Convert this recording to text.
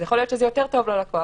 אז יכול להיות שזה יותר טוב ללקוח.